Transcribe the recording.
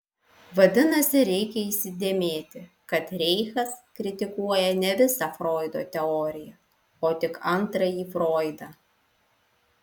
vadinasi reikia įsidėmėti kad reichas kritikuoja ne visą froido teoriją o tik antrąjį froidą